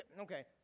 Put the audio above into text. Okay